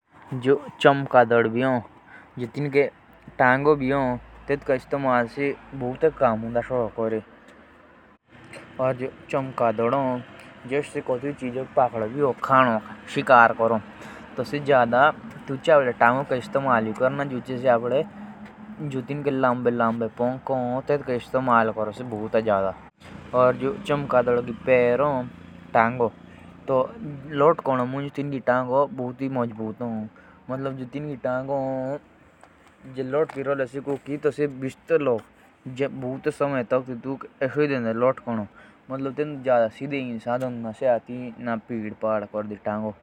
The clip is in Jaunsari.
जो चमकदाद भी हो तो तिंकी टागो मजबूत हो से जे दाओ पड़े भी हो तो से आपड़े टागु ली रो टागुये। और जो तिंके पंख भी हो तितली जे से शिकार भी करो तो तिनुक।